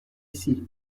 ici